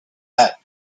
met